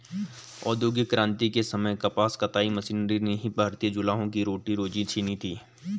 औद्योगिक क्रांति के समय कपास कताई मशीनरी ने ही भारतीय जुलाहों की रोजी रोटी छिनी थी